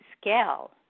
scale